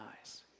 eyes